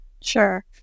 Sure